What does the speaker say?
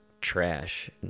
trash